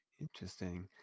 Interesting